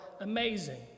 amazing